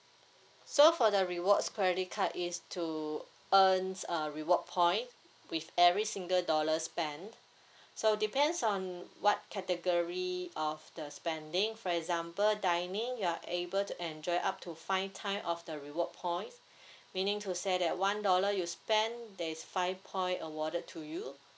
so for the rewards credit card is to earns uh reward point with every single dollar spent so depends on what category of the spending for example dining you're able to enjoy up to five time of the reward points meaning to say that one dollar you spend that is five point awarded to you